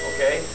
Okay